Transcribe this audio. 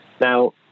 Now